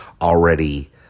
already